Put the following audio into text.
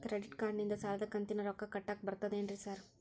Credit ಕಾರ್ಡನಿಂದ ಸಾಲದ ಕಂತಿನ ರೊಕ್ಕಾ ಕಟ್ಟಾಕ್ ಬರ್ತಾದೇನ್ರಿ ಸಾರ್?